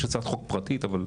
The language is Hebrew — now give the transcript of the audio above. יש הצעת חוק פרטי, אבל,